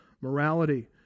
morality